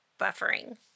Buffering